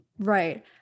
Right